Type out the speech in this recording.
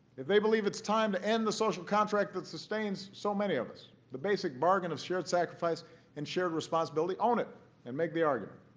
they believe it's time to end the social contract that sustains so many of us, the basic bargain of shared sacrifice and shared responsibility, own it and make the argument.